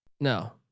No